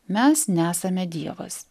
mes nesame dievas